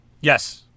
yes